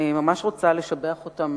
אני ממש רוצה לשבח אותם